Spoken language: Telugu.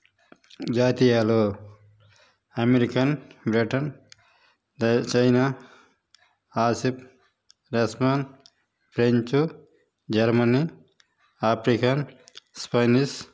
జాతీయాలు అమెరికన్ బ్రిటన్ చైనా ఆసిఫ్ రెస్మోన్ ఫ్రెంచు జర్మనీ ఆఫ్రికన్ స్పైనిష్